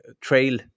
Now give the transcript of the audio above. trail